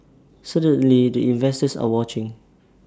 certainly the investors are watching